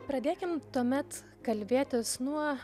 pradėkim tuomet kalbėtis nuo